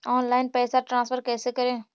Online पैसा transfer कैसे करे?